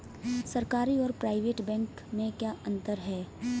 सरकारी और private bank में क्या अंतर है?